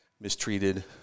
mistreated